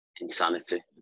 insanity